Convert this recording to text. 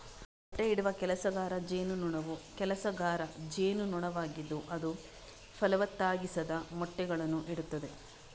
ಮೊಟ್ಟೆಯಿಡುವ ಕೆಲಸಗಾರ ಜೇನುನೊಣವು ಕೆಲಸಗಾರ ಜೇನುನೊಣವಾಗಿದ್ದು ಅದು ಫಲವತ್ತಾಗಿಸದ ಮೊಟ್ಟೆಗಳನ್ನು ಇಡುತ್ತದೆ